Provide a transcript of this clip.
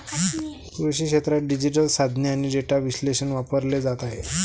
कृषी क्षेत्रात डिजिटल साधने आणि डेटा विश्लेषण वापरले जात आहे